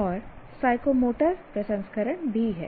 और साइकोमोटर प्रसंस्करण भी है